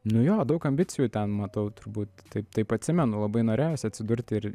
nu jo daug ambicijų ten matau turbūt taip taip atsimenu labai norėjosi atsidurti ir